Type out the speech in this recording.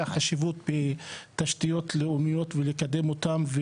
החשיבות בתשתיות לאומיות ולקדם אותם.